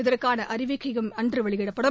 இதற்கான அறிவிக்கையும் அன்று வெளியிடப்படும்